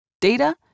Data